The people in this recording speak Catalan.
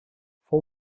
fou